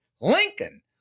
Lincoln